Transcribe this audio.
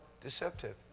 deceptive